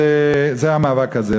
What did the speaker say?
זה המאבק הזה.